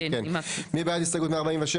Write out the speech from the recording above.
כן, מי בעד הסתייגות 146?